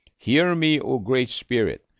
hear me, o great spirit.